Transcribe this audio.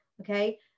Okay